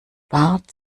bart